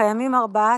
קיימים ארבעה